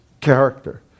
character